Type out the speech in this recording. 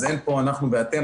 אז אין פה "אנחנו" ו"אתם".